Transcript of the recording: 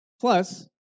Plus